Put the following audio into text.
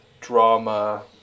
drama